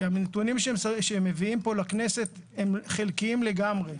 כי הנתונים שהם מביאים פה לכנסת הם חלקיים לגמרי.